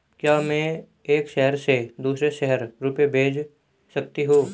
क्या मैं एक शहर से दूसरे शहर रुपये भेज सकती हूँ?